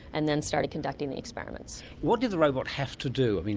and then started conducting the experiments. what did the robot have to do?